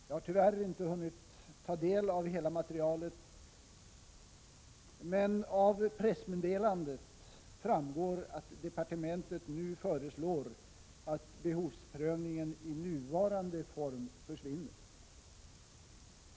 Jag har tyvärr inte hunnit ta del av hela materialet, men av pressmeddelandet framgår att departementet nu föreslår att behovsprövningen i nuvarande form försvinner.